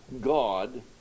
God